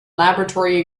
laboratory